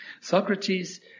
Socrates